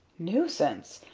nuisance!